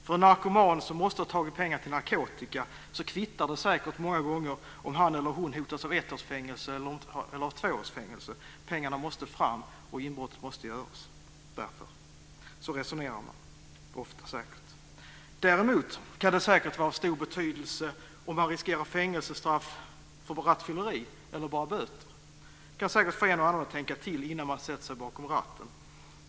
För en narkoman som måste ha tag i pengar till narkotika kvittar det säkert många gånger om han eller hon hotas av ett års fängelse eller två års fängelse. Pengarna måste fram, och inbrottet måste därför göras. Så resonerar man säkert ofta. Däremot kan det säkert vara av stor betydelse om man riskerar fängelsestraff för rattfylleri eller bara böter. Det kan säkert få en och annan att tänka till innan man sätter sig bakom ratten.